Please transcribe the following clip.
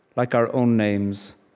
like our own names,